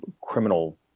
criminal